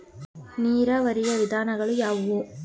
ನೀರಾವರಿಯ ವಿಧಾನಗಳು ಯಾವುವು?